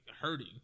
hurting